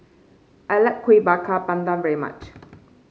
I like Kuih Bakar Pandan very much